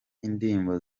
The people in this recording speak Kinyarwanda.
indirimbo